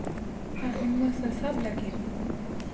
ᱟᱨ ᱚᱱᱟ ᱥᱟᱥᱟᱵ ᱞᱟᱹᱜᱤᱫ